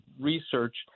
research